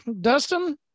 dustin